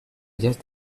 ellas